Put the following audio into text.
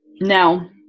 Now